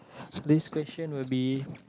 this question will be